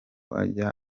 ajya